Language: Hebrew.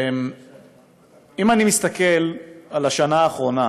אם אני מסתכל על השנה האחרונה,